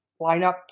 lineup